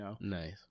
Nice